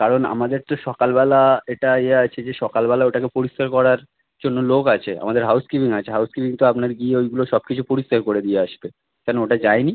কারণ আমাদের তো সকালবেলা এটা ইয়ে আছে যে সকালবেলা ওটাকে পরিষ্কার করার জন্য লোক আছে আমাদের হাউসকিপিং আছে হাউসকিপিং তো আপনার গিয়ে ওইগুলো সব কিছু পরিষ্কার করে দিয়ে আসবে কেন ওটা যায় নি